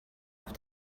auf